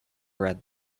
red